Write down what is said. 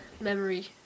memory